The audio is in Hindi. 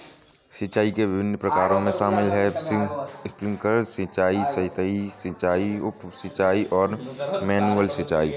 सिंचाई के विभिन्न प्रकारों में शामिल है स्प्रिंकलर सिंचाई, सतही सिंचाई, उप सिंचाई और मैनुअल सिंचाई